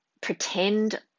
pretend